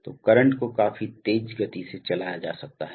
तो करंट को काफी तेज गति से चलाया जा सकता है